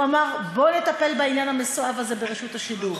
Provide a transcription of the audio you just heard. אמר: בוא נטפל בעניין המסואב הזה ברשות השידור.